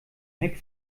heck